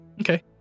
okay